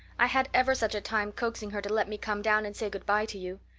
i had ever such a time coaxing her to let me come down and say good-bye to you.